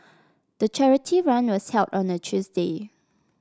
the charity run was held on a Tuesday